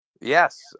Yes